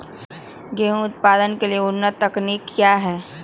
गेंहू उत्पादन की उन्नत तकनीक क्या है?